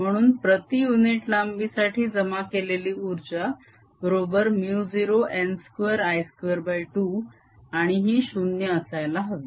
म्हणून प्रती युनिट लांबी साठी जमा केलेली उर्जा बरोबर 0n2I22 आणि ही 0 असायला हवी